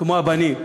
כמו לבנים.